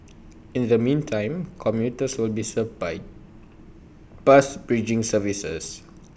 in the meantime commuters will be served by bus bridging services